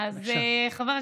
בבקשה.